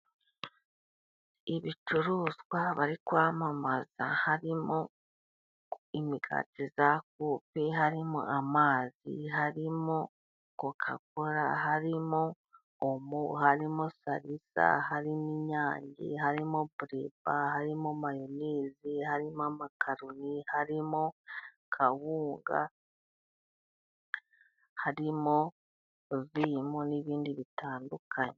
Ibicuruzwa bari kwamamaza harimo imigati ya kupe harimo amazi, harimo kokakora, harimo omo, harimo sarisa, harimo inyange, harimo bureba, harimo mayonezi, harimo amakaroni, harimo kawunga, harimo vimu n'ibindi bitandukanye.